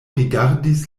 rigardis